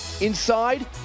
Inside